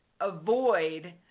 avoid